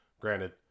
granted